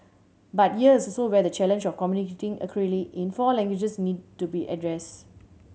but here is also where the challenge of communicating accurately in four languages needs to be addressed